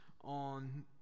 on